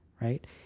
right